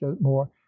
more